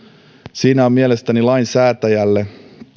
siinä on mielestäni lainsäätäjälle